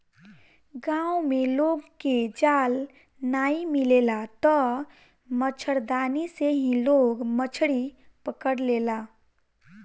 गांव में लोग के जाल नाइ मिलेला तअ मछरदानी से ही लोग मछरी पकड़ लेला